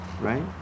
right